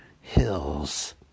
hills